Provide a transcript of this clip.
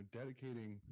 dedicating